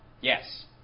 Yes